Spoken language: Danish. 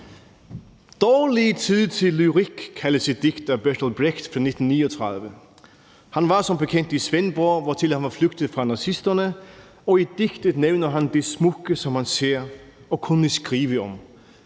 »Dårlig tid for lyrik« kaldes et digt af Bertolt Brecht fra 1939 – han var som bekendt i Svendborg, hvortil han var flygtet fra nazisterne – og i digtet nævner han det smukke, som han ser og kunne skrive om.